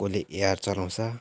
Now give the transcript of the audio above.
कसैले एआर चलाउँछ